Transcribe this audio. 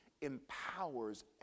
empowers